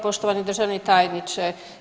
Poštovani državni tajniče.